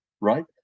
right